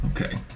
okay